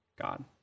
God